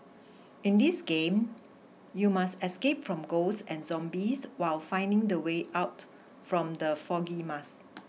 in this game you must escape from ghosts and zombies while finding the way out from the foggy maze